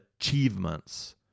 achievements